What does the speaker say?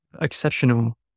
exceptional